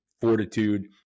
fortitude